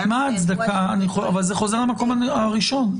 אבל זה חוזר למקום הראשון.